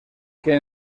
que